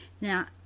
Now